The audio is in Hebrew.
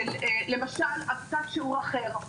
עמותת שיעור אחר,